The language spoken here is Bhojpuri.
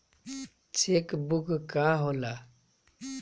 चेक बुक का होला?